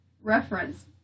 reference